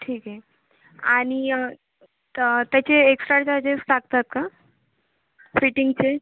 ठीक आहे आणि तर त्याचे एक्स्ट्रा चार्जेस टाकतात का फिटिंगचे